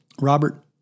Robert